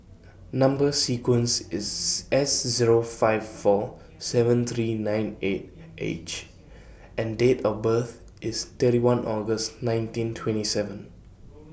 Number sequence IS S Zero five four seven three nine eight H and Date of birth IS thirty one August nineteen twenty seven